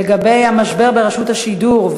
לגבי המשבר ברשות השידור,